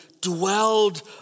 dwelled